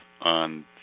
on